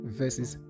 verses